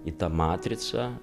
į tą matricą